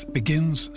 begins